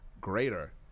greater